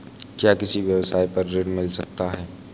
क्या किसी व्यवसाय पर ऋण मिल सकता है?